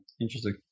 Interesting